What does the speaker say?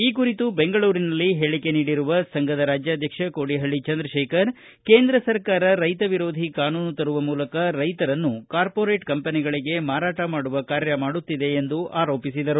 ಈ ಕುರಿತು ಬೆಂಗಳೂರಿನಲ್ಲಿ ಹೇಳಿಕೆ ನೀಡಿರುವ ಸಂಘದ ರಾಜ್ಯಾಧ್ಯಕ್ಷ ಕೋಡಿಹಳ್ಳಿ ಚಂದ್ರಶೇಖರ ಕೇಂದ್ರ ಸರ್ಕಾರ ರೈತ ವಿರೋಧಿ ಕಾನೂನು ತರುವ ಮೂಲಕ ರೈತರನ್ನು ಕಾರ್ಪೊರೇಟ್ ಕಂಪನಿಗಳಿಗೆ ಮಾರಾಟ ಮಾಡುವ ಕಾರ್ಯ ಮಾಡುತ್ತಿದೆ ಎಂದು ಆರೋಪಿಸಿದರು